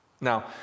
Now